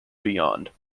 beyond